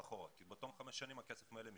אחורה כי בתום חמש שנים הכסף ממילא משתחרר.